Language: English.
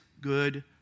good